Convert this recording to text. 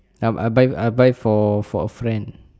yup I buy I buy for for a friend